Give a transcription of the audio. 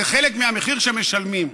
זה חלק מהמחיר שמשלמים.